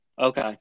Okay